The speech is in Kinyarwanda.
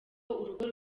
urugo